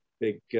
big